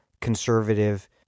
conservative